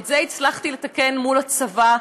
את זה הצלחתי לתקן מול הצבא,